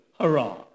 Hurrah